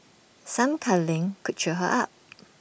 some cuddling could cheer her up